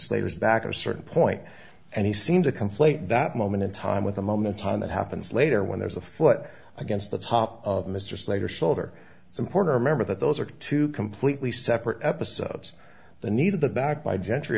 slater's back in a certain point and he seemed to conflate that moment in time with a moment time that happens later when there's a foot against the top of mr slater shoulder it's important to remember that those are two completely separate episodes the need of the back by gentry